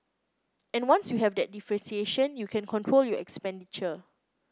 and once you have that differentiation you can control your expenditure